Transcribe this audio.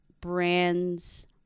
brands